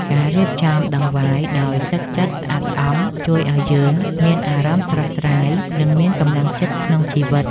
ការរៀបចំដង្វាយដោយទឹកចិត្តស្អាតស្អំជួយឱ្យយើងមានអារម្មណ៍ស្រស់ស្រាយ និងមានកម្លាំងចិត្តក្នុងជីវិត។